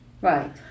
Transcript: Right